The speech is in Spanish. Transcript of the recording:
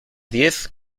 diez